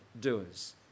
doers